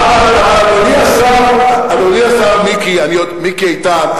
אדוני השר מיקי איתן,